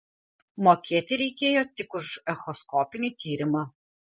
mokėti reikėjo tik už echoskopinį tyrimą